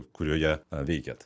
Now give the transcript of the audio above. kurioje veikėt